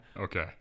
Okay